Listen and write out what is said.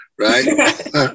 right